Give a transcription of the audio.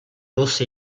rossa